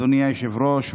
אדוני היושב-ראש,